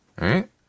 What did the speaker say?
right